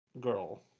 girl